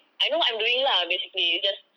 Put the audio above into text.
I know what I'm doing lah basically it's just